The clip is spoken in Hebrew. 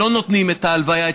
שלא נותנים את ההלוויה,